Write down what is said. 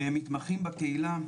מתמחים בקהילה,